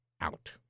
out